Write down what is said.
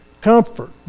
comfort